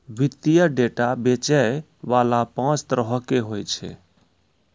वित्तीय डेटा बेचै बाला पांच तरहो के होय छै